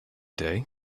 day